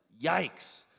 Yikes